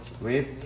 wait